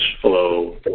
flow